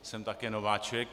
Jsem také nováček.